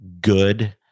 good